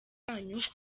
banyu